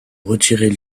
retirer